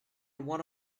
one